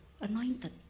anointed